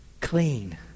clean